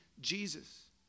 Jesus